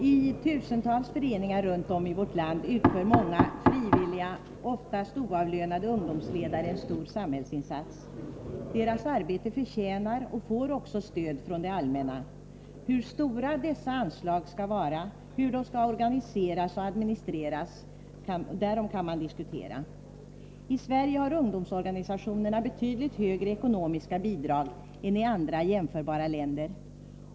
I tusentals föreningar runt om i vårt land utför många frivilliga, oftast oavlönade, ungdomsledare en stor samhällsinsats. Deras arbete förtjänar och får också stöd från det allmänna. Hur stora dessa anslag skall vara, hur de skall organiseras och administreras kan man däremot diskutera. I Sverige har ungdomsorganisationerna betydligt högre ekonomiska bidrag än i andra jämförbara länder.